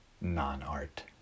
non-art